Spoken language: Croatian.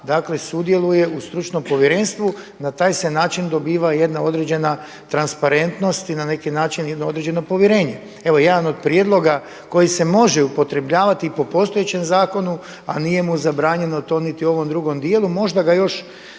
dakle sudjeluje u stručnom povjerenstvu i na taj se način dobiva i jedna određena transparentnost i na neki način jedno određeno povjerenje. Evo jedan od prijedloga koji se može upotrebljavati i po postojećem zakonu a nije mu zabranjeno to niti u ovom drugom dijelu, možda ga još